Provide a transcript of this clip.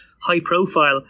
high-profile